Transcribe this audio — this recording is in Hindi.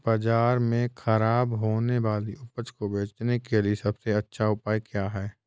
बाज़ार में खराब होने वाली उपज को बेचने के लिए सबसे अच्छा उपाय क्या हैं?